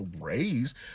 raise